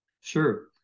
Sure